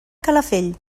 calafell